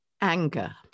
Anger